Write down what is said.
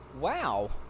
Wow